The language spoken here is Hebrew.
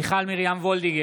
מיכל מרים וולדיגר,